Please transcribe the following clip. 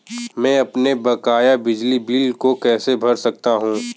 मैं अपने बकाया बिजली बिल को कैसे भर सकता हूँ?